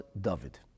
David